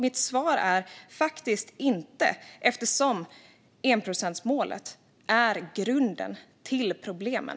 Mitt svar är alltså: Faktiskt inte, eftersom enprocentsmålet är grunden till problemen.